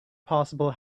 possible